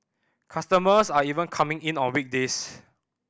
customers are even coming in on weekdays